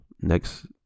next